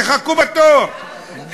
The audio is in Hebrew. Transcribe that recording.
תחכו בתור,